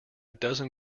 dozen